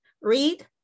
Read